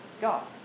God